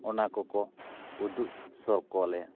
ᱚᱱᱟ ᱠᱚ ᱠᱚ ᱩᱫᱩᱜ ᱥᱚᱨᱠᱚ ᱟᱞᱮᱭᱟ